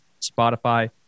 Spotify